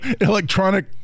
electronic